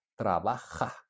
trabaja